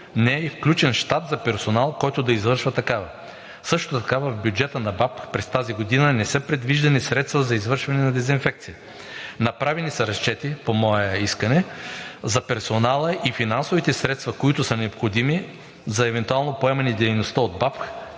Не е включени и щат за персонал, който да извършва такава. Също така в бюджета на БАБХ през тази година не са предвиждани средства за извършването на дезинфекция. Направени са разчети по мое искане за персонала и финансовите средства, които са необходими за евентуално поемане на дейността от БАБХ